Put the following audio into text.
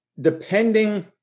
Depending